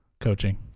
coaching